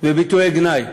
וביטויי גנאי.